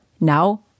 Now